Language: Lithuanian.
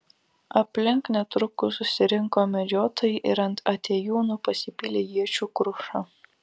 aplink netrukus susirinko medžiotojai ir ant atėjūnų pasipylė iečių kruša